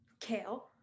Kale